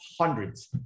hundreds